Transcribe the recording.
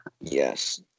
Yes